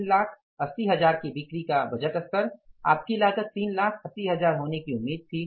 3 लाख 80 हजार की बिक्री का बजट स्तर आपकी लागत 3 लाख 80 हजार होने की उम्मीद थी